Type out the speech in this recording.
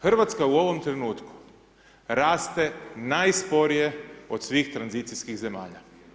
Hrvatska u ovom trenutku raste najsporije od svih tranzicijskih zemalja.